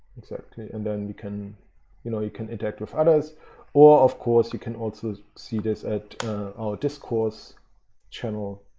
exactly. and then we can you know you can interact with others or of course you can also see this at our discourse channel.